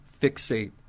fixate